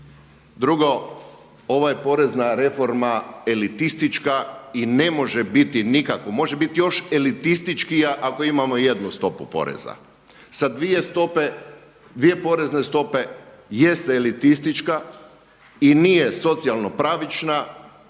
Drugo, ova je porezna reforma elitistička i ne može biti nikako, može biti još elitističkija ako imamo jednu stopu poreza. Sa dvije stope, dvije porezne stope jeste elitistička i nije socijalno pravična,